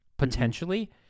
Potentially